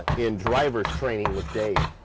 in driver's training with dave.